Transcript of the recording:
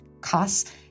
costs